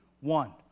one